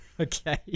Okay